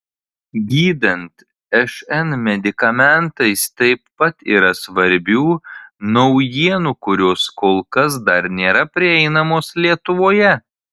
gydant šn medikamentais taip pat yra svarbių naujienų kurios kol kas dar nėra prieinamos lietuvoje